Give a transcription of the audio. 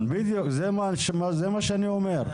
בדיוק, זה מה שאני אומר.